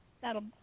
That'll